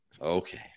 Okay